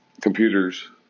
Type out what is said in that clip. computers